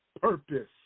purpose